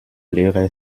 lehrer